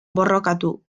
borrokatu